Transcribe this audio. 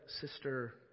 sister